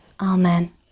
Amen